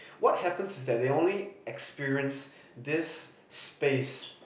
what happens is that they only experience this space